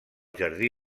jardí